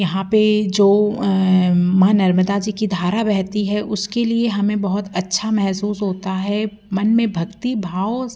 यहाँ पर जो माँ नर्मदा जी की धारा बहती है उसके लिए हमें बहुत अच्छा महसूस होता है मन में भक्ति भाव